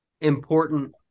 important